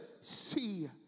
see